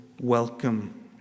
welcome